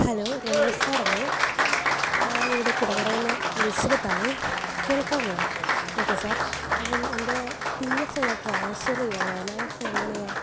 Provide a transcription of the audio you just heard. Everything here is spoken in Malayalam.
ഹലോ രമേഷ് സാറല്ലേ ഞാനിവിടെ കിടങ്ങറയില്നിന്ന് എലിസബത്താണേ കേൾക്കാമോ ഓക്കെ സാർ അപ്പോള് എൻറ്റേ പീയെഫൊന്ന് ട്രാൻസ്ഫറെയണമായിരുന്നു അതപ്പോള് എങ്ങനെയാണ്